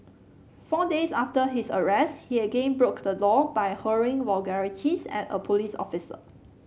four days after his arrest he again broke the law by hurling vulgarities at a police officer